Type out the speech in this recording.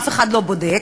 אף אחד לא בודק.